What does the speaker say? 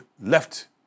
left